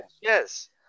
Yes